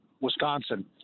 Wisconsin